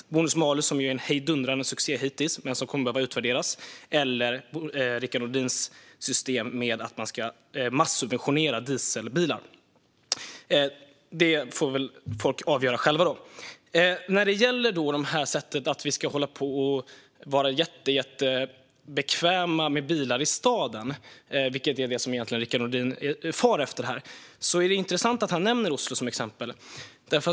Är det bonus-malus, som varit en hejdundrande succé hittills men som kommer att behöva utvärderas, eller är det Rickard Nordins system med att massubventionera dieselbilar? Folk får väl avgöra själva. När det gäller att vi ska vara bekväma med bilar i staden, som ju egentligen är det som Rickard Nordin far efter här, är det intressant att han tar Oslo som exempel.